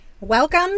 Welcome